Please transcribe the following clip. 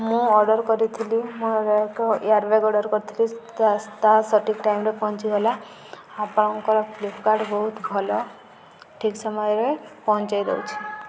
ମୁଁ ଅର୍ଡ଼ର୍ କରିଥିଲି ମୁଁ ଏକ ଏୟାର୍ ବ୍ୟାଗ୍ ଅର୍ଡ଼ର୍ କରିଥିଲି ତା ତା ସଠିକ୍ ଟାଇମ୍ରେ ପହଞ୍ଚି ଗଲା ଆପଣଙ୍କର ଫ୍ଲିପ୍କାର୍ଟ ବହୁତ ଭଲ ଠିକ୍ ସମୟରେ ପହଞ୍ଚାଇ ଦଉଛି